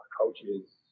coaches